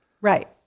Right